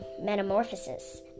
metamorphosis